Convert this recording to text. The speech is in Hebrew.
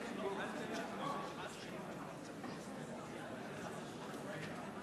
אבל אני מודיע: הצעת חוק שירות ביטחון (תיקון,